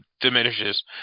diminishes